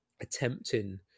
attempting